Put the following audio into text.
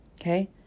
Okay